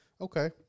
okay